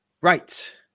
Right